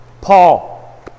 Paul